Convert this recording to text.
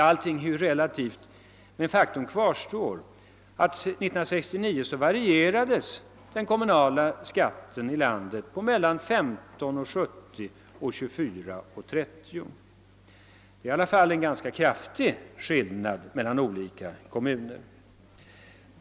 Allting är ju relativt, men faktum kvarstår att år 1969 varierade den kommunala skatten i landet mellan 15: 70 och 24:30 kr. Det betyder i alla fall en ganska kraftig skillnad mellan olika kommuner.